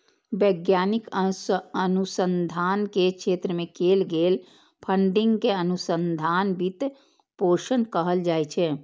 वैज्ञानिक अनुसंधान के क्षेत्र मे कैल गेल फंडिंग कें अनुसंधान वित्त पोषण कहल जाइ छै